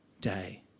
day